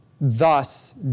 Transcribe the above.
thus